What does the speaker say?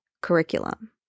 curriculum